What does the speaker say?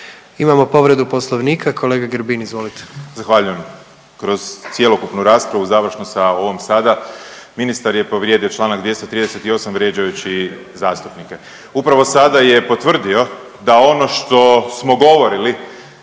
Imamo povredu Poslovnika, kolega Grbin, izvolite. **Grbin, Peđa (SDP)** Zahvaljujem. Kroz cjelokupnu raspravu završno sa ovom sada ministar je povrijedio čl. 238, vrijeđajući zastupnike. Upravo sada je potvrdio da ono što smo govorili